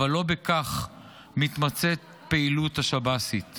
אבל לא בכך מתמצית הפעילות השב"סית.